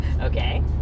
Okay